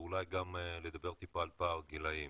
ואולי גם לדבר טיפה על פער גילאים.